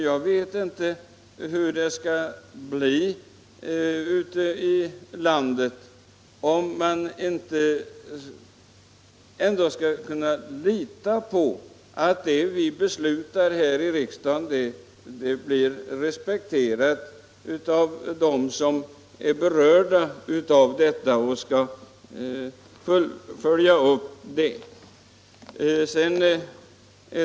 Jag vet inte hur förhållandena skulle bli ute i landet om man inte kan lita på att det som vi beslutar här i riksdagen blir respekterat av dem som är berörda av besluten och som skall följa upp dessa.